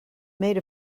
made